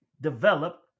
develop